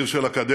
עיר של אקדמיה,